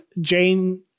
Jane